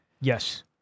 Yes